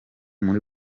muri